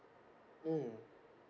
mm